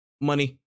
Money